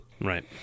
right